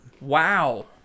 wow